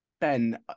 Ben